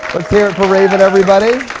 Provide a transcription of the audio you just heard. hear it for raven everybody.